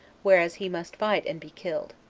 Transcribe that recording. whereas he must fight and be killed.